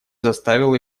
заставил